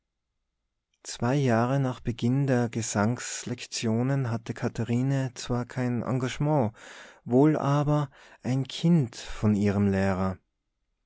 zwei jahre nach beginn der gesangslektionen hatte katharine zwar kein engagement wohl aber ein kind von ihrem lehrer